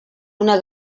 una